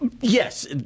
Yes